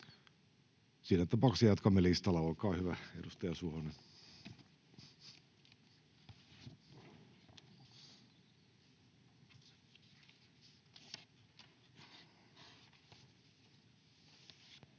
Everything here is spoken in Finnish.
Siinä tapauksessa jatkamme listalla. — Olkaa hyvä, edustaja Suhonen.